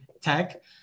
tech